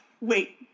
Wait